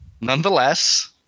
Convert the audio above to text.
Nonetheless